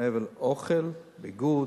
מעבר לאוכל, ביגוד,